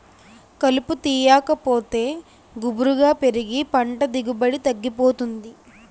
కలుపు తీయాకపోతే గుబురుగా పెరిగి పంట దిగుబడి తగ్గిపోతుంది